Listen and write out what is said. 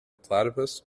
platypus